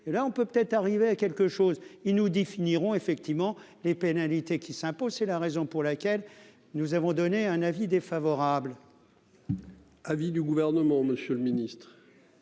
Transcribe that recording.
et là on peut peut-être arriver à quelque chose, il nous définirons effectivement les pénalités, qui s'impose, c'est la raison pour laquelle nous avons donné un avis défavorable. Avis du gouvernement, Monsieur le Ministre.